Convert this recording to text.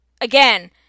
again